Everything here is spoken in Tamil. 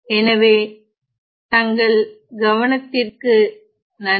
எனவே தங்கள் கவனத்திற்கு நன்றி